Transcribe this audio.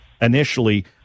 initially